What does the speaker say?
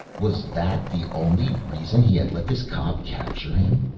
was that the only reason he had let this cop capture him?